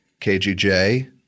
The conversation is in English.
KGJ